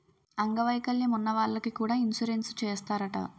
అంగ వైకల్యం ఉన్న వాళ్లకి కూడా ఇన్సురెన్సు చేస్తారట